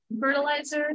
fertilizer